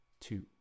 two